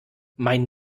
meinen